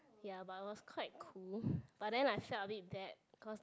ya but it was quite cool but then I felt a bit bad because the